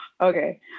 okay